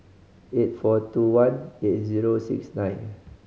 eight four two one eight zero six nine